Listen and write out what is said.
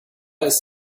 ist